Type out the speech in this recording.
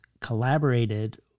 collaborated